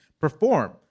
perform